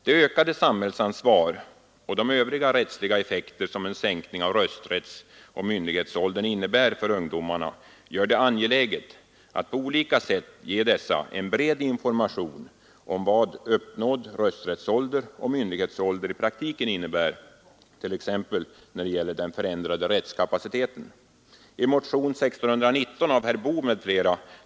Det ökade samhällsansvar och de övriga rättsliga effekter som en sänkning av rösträttsoch myndighetsåldern innebär för ungdomarna gör det angeläget att på olika sätt ge dessa en bred information om vad uppnådd rösträttsoch myndighetsålder i praktiken innebär, t.ex. när det gäller den förändrade rättskapaciteten. I motionen 1619 av herr Boo m fl.